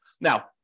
Now